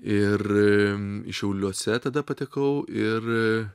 ir šiauliuose tada patekau ir